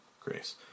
Grace